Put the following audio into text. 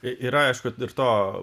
i ir aišku ir to